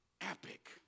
epic